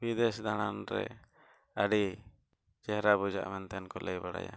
ᱵᱤᱫᱮᱥ ᱫᱟᱬᱟᱱᱨᱮ ᱟᱹᱰᱤ ᱪᱮᱦᱨᱟ ᱵᱩᱡᱷᱟᱹᱜᱼᱟ ᱢᱮᱱᱛᱮ ᱠᱚ ᱞᱟᱹᱭ ᱵᱟᱲᱟᱭᱟ